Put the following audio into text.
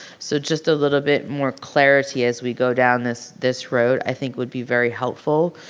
so just a little bit more clarity as we go down this this road i think would be very helpful.